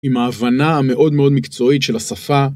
עם ההבנה המאוד מאוד מקצועית של השפה.